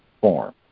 form